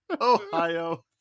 Ohio